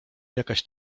jakaś